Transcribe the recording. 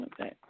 Okay